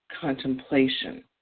contemplation